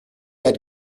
had